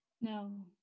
No